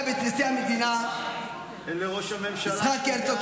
וגם את נשיא המדינה יצחק הרצוג,